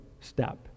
step